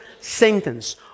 sentence